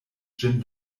ĝin